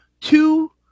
two